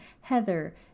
Heather